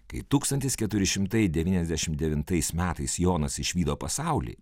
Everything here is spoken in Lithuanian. kai tūkstantis keturi šimtai devyniasdešimt devintais metais jonas išvydo pasaulį